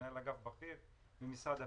מנהל אגף בכיר במשרד הפנים.